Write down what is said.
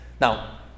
now